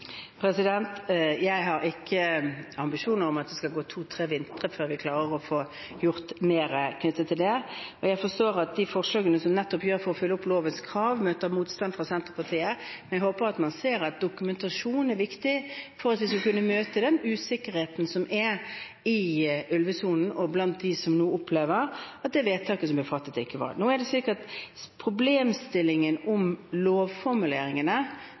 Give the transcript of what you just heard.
Jeg har ikke ambisjoner om at det skal gå to–tre vintre før vi klarer å få gjort mer knyttet til det. Jeg forstår at de forslagene som vi har for nettopp å oppfylle lovens krav, møter motstand fra Senterpartiet. Men jeg håper at man ser at dokumentasjon er viktig for at vi skal kunne møte den usikkerheten som er i ulvesonen, også blant dem som nå mener at det vedtaket som ble fattet, ikke var rett. Problemstillingen om lovformuleringene står omtalt i stortingsmeldingen. Det